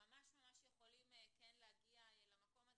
ממש יכולים להגיע למקום הזה.